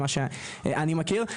ממה שאני מכיר.